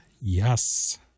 yes